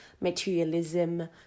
materialism